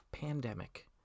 pandemic